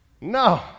No